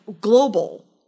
global